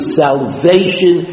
salvation